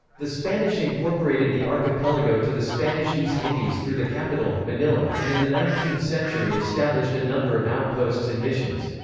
the spanish incorporated the archipelago to the spanish east indies through the capital, manila, and in the nineteenth century established a number of outposts and missions.